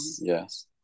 yes